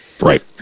right